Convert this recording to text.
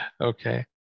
Okay